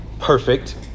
perfect